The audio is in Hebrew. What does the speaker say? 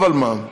אבל מה?